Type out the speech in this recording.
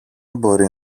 μπορεί